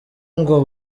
ngo